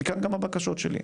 ומכאן גם הבקשות שלי.